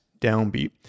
downbeat